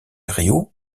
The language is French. riault